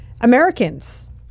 Americans